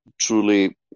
truly